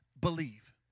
believe